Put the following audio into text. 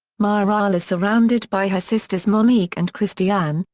mireille is surrounded by her sisters monique and christiane,